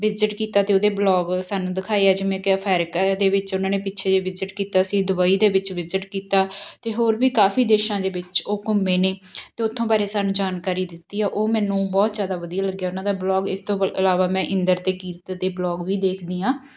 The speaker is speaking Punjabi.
ਵਿਜਿਟ ਕੀਤਾ ਅਤੇ ਉਹਦੇ ਵਲੋਗ ਸਾਨੂੰ ਦਿਖਾਏ ਆ ਜਿਵੇਂ ਕਿ ਅਫੈਰੀਕਾ ਦੇ ਵਿਚ ਉਨ੍ਹਾਂ ਨੇ ਪਿੱਛੇ ਜਿਹੇ ਵਿਜ਼ਿਟ ਕੀਤਾ ਸੀ ਦੁਬਈ ਦੇ ਵਿਚ ਵਿਜ਼ਿਟ ਕੀਤਾ ਅਤੇ ਹੋਰ ਵੀ ਕਾਫ਼ੀ ਦੇਸ਼ਾਂ ਦੇ ਵਿਚ ਉਹ ਘੁੰਮੇ ਨੇ ਅਤੇ ਉਥੋਂ ਬਾਰੇ ਸਾਨੂੰ ਜਾਣਕਾਰੀ ਦਿੱਤੀ ਆ ਉਹ ਮੈਨੂੰ ਬਹੁਤ ਜ਼ਿਆਦਾ ਵਧੀਆ ਲੱਗਿਆ ਉਹਨਾਂ ਦਾ ਵਲੋਗ ਇਸ ਤੋਂ ਵ ਇਲਾਵਾ ਮੈ ਇੰਦਰ ਅਤੇ ਕੀਰਤ ਦੇ ਵਲੋਗ ਵੀ ਦੇਖਦੀ ਹਾਂ